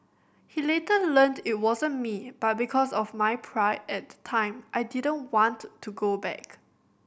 he later learned it wasn't me but because of my pride at the time I didn't want to go back